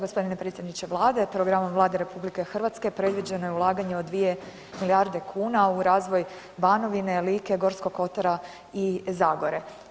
G. predsjedniče Vlade, programom Vlade RH predviđeno je ulaganja od 2 milijarde kuna u razvoj Banovine, Like, Gorskog kotara i Zagore.